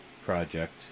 project